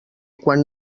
quan